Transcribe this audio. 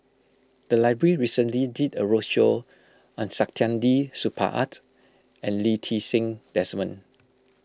the library recently did a roadshow on Saktiandi Supaat and Lee Ti Seng Desmond